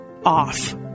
off